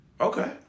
Okay